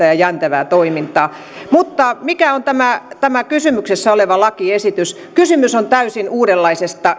ja jäntevää toimintaa mutta mikä on tämä tämä kysymyksessä oleva lakiesitys kysymys on täysin uudenlaisesta